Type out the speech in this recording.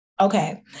Okay